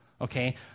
Okay